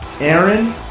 Aaron